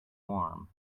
warm